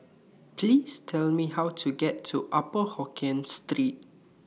Please Tell Me How to get to Upper Hokkien Street